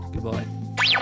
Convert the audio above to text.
Goodbye